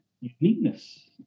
uniqueness